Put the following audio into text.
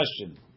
question